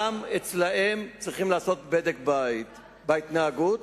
גם אצלם צריכים לעשות בדק-בית בהתנהגות,